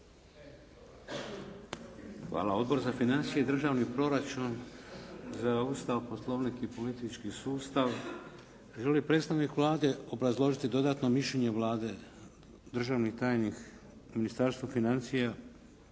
Hvala. Odbor za financije i državni proračun? Za Ustav, Poslovnik i politički sustav? Želi li predstavnik Vlade obrazložiti dodatno mišljenje Vlade? Državni tajnik u Ministarstvu financija